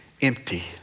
empty